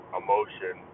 emotion